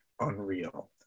unreal